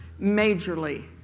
majorly